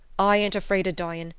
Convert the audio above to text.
i ain't afraid of dyin',